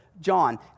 John